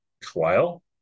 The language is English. trial